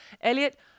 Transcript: Elliot